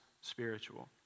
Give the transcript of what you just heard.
spiritual